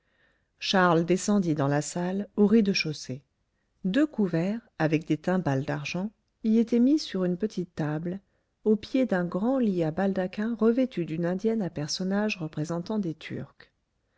charles descendit dans la salle au rez-de-chaussée deux couverts avec des timbales d'argent y étaient mis sur une petite table au pied d'un grand lit à baldaquin revêtu d'une indienne à personnages représentant des turcs